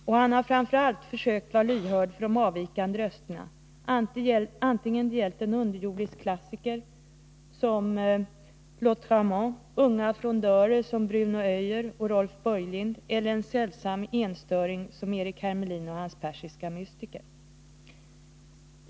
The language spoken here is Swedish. Och han har framför allt försökt vara lyhörd för de avvikande rösterna, antingen det gällt en underjordisk klassiker som Lautréamont, unga frondörer som Bruno K Öijer och Rolf Börjlind— eller en sällsam enstöring som Eric Hermelin och hans persiska mystiker.